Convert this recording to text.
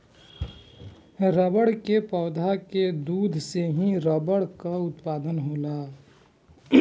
रबड़ के पौधा के दूध से ही रबड़ कअ उत्पादन होला